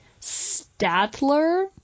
Statler